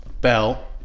Bell